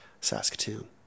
Saskatoon